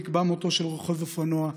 נקבע מותו של רוכב אופנוע,